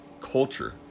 culture